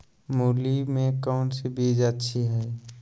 मूली में कौन सी बीज अच्छी है?